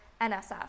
NSF